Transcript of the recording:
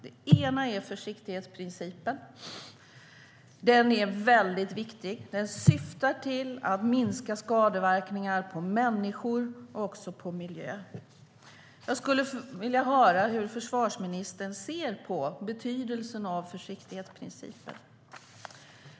Den ena är försiktighetsprincipen som är mycket viktig. Den syftar till att minska skadeverkningar på människor och på miljö. Jag skulle vilja höra hur försvarsministern ser på betydelsen av försiktighetsprincipen.